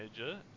major